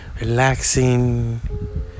relaxing